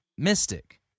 Mystic